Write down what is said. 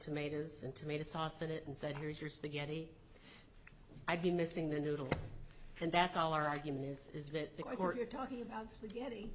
tomatoes and tomato sauce in it and said here's your spaghetti i'd be missing the noodles and that's all our argument is is that you're talking about getti